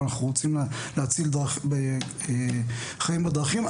ואנחנו רוצים להציל חיים בדרכים.